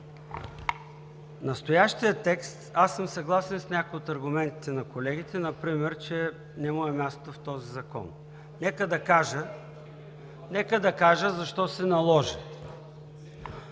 настоящия текст аз съм съгласен с някои от аргументите на колегите – например, че не му е мястото в този закон. Нека да кажа защо се наложи.